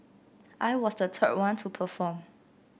I was the third one to perform